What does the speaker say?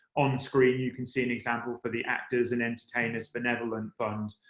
on screen, you can see an example for the actors' and entertainers' benevolent fund,